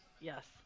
Yes